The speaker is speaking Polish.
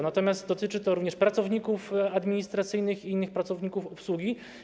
Natomiast dotyczy to również pracowników administracyjnych i innych pracowników obsługi.